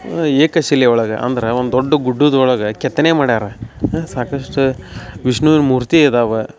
ಏಕಶಿಲೆ ಒಳಗೆ ಅಂದ್ರೆ ಒಂದು ದೊಡ್ಡ ಗುಡ್ಡದ ಒಳಗೆ ಕೆತ್ತನೆ ಮಾಡ್ಯಾರ ಸಾಕಷ್ಟು ವಿಷ್ಣುನ ಮೂರ್ತಿ ಇದಾವ